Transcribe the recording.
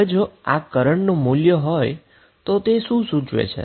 હવે જો આ કરન્ટનું મૂલ્ય હોય તો તે શું સૂચવે છે